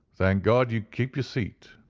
thank god you kept your seat,